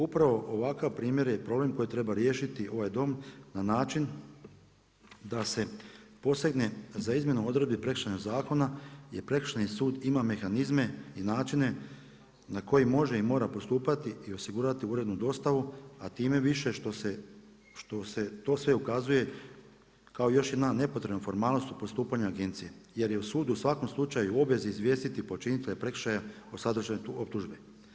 Upravo ovakav primjer je problem koji treba riješiti ovaj Dom na način da se posegne za izmjenom odredbi Prekršajnog zakona, jer Prekršajni sud ima mehanizme i načine na koji može i mora postupati i osigurati urednu dostavu, a time više što se to sve ukazuje kao još jedna nepotrebna formalnost u postupanju agencije jer je sud u svakom slučaju u obvezi izvijestiti počinitelja prekršaja o sadržaju optužbe.